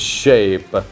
shape